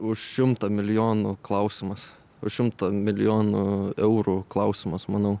už šimtą milijonų klausimas už šimtą milijonų eurų klausimas manau